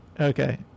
Okay